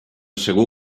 segur